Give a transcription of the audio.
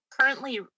currently